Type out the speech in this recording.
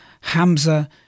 Hamza